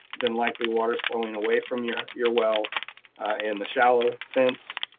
then likely water's flowing away from your your well in the shallow sense.